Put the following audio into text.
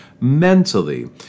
Mentally